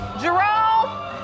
Jerome